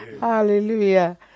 hallelujah